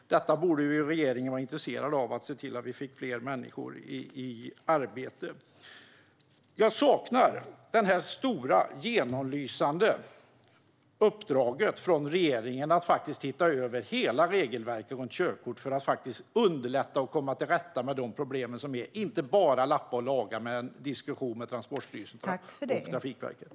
Regeringen borde vara intresserad av att se till att vi får fler människor i arbete. Jag saknar det stora, genomlysande uppdraget från regeringen att se över hela regelverket för körkort för att underlätta processen och komma till rätta med de problem som finns i stället för att bara lappa och laga i en diskussion med Transportstyrelsen och Trafikverket.